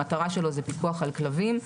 המטרה שלו היא פיקוח על כלבים.